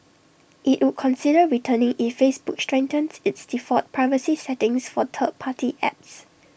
IT would consider returning if Facebook strengthens its default privacy settings for third party apps